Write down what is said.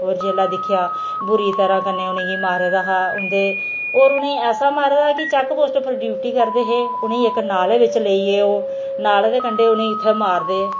होर जिसले दिक्खेआ बुरी तरह कन्नै उ'नेंगी मारे दा हा होर उ'नेंगी ऐसा मारे दा हा कि चैक पोस्ट उपर ड्यूटी करदे हे उ'नेंगी इक नाले च लेई गे ओह् नाले दे कढें उ'नेंगी उत्थे मारदे